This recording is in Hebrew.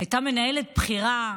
הייתה מנהלת בכירה,